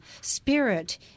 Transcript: spirit